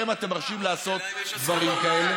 לכם אתם מרשים לעשות דברים כאלה.